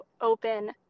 open